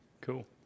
Cool